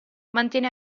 mantiene